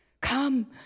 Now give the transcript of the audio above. Come